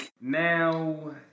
now